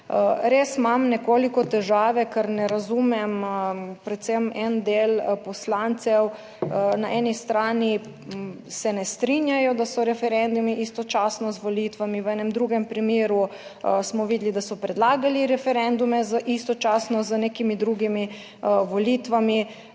Res imam nekoliko težave, ker ne razumem predvsem en del poslancev, na eni strani se ne strinjajo, da so referendumi istočasno z volitvami, v enem drugem primeru smo videli, da so predlagali referendume istočasno z nekimi drugimi volitvami,